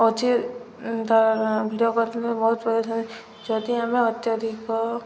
ଅଛି ଭିଡ଼ିଓ ଯଦି ଆମେ ଅତ୍ୟଧିକ